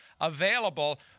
available